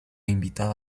invitada